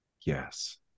Yes